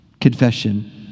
Confession